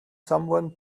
someone